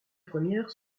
premières